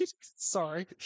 Sorry